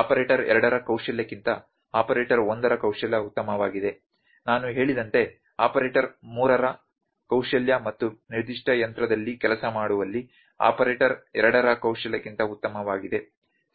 operator ಎರಡರ ಕೌಶಲ್ಯಕ್ಕಿಂತ operator ಒಂದರ ಕೌಶಲ್ಯ ಉತ್ತಮವಾಗಿದೆ ನಾನು ಹೇಳಿದಂತೆ ಆಪರೇಟರ್ ಮೂರರ ಕೌಶಲ್ಯ ಮತ್ತು ನಿರ್ದಿಷ್ಟ ಯಂತ್ರದಲ್ಲಿ ಕೆಲಸ ಮಾಡುವಲ್ಲಿ ಆಪರೇಟರ್ ಎರಡರ ಕೌಶಲ್ಯಕ್ಕಿಂತ ಉತ್ತಮವಾಗಿದೆ ಸರಿ